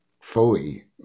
fully